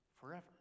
forever